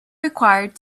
required